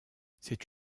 c’est